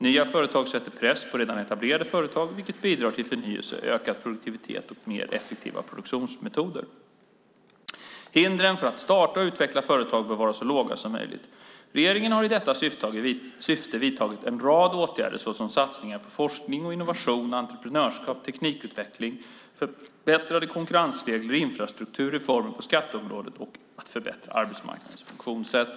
Nya företag sätter press på redan etablerade företag, vilket bidrar till förnyelse, ökad produktivitet och mer effektiva produktionsmetoder. Hindren för att starta och utveckla företag bör vara så låga som möjligt. Regeringen har i detta syfte vidtagit en rad åtgärder såsom satsningar på forskning och innovation, entreprenörskap, teknikutveckling, förbättrade konkurrensregler, infrastruktur, reformer på skatteområdet och att förbättra arbetsmarknadens funktionssätt.